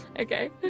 okay